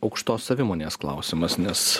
aukštos savimonės klausimas nes